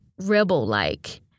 rebel-like